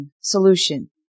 solution